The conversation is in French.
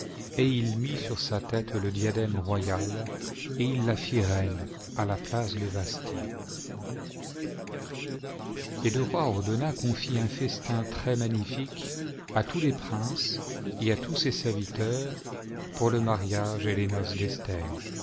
et il mit sur sa tête le diadème royal et il la fit reine à la place de vat et le roi ordonna qu'on fît-un festin très magnifique à tous les princes et à tous ses serviteurs pour le mariage et les